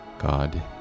God